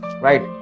right